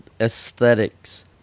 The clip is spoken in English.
aesthetics